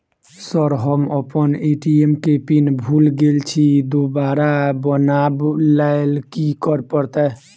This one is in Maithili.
सर हम अप्पन ए.टी.एम केँ पिन भूल गेल छी दोबारा बनाब लैल की करऽ परतै?